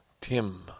Tim